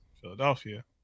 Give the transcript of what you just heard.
Philadelphia